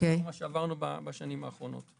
כל מה שעברנו בשנים האחרונות.